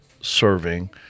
serving